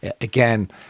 again